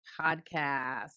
podcast